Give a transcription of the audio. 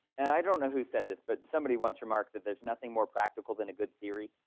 and i don't know who said this, but somebody once remarked that there's nothing more practical than a good theory,